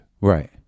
Right